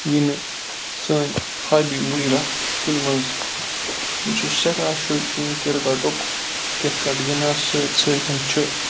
ییہِ نہٕ سٲنٛۍ ہابی مُجراہ کُنہِ مَنٛز بہٕ چھُس سیٚٹھاہ شوقیٖن کِرکَٹُک کرکٹ گِنٛدنَس سۭتۍ سۭتۍ چھُ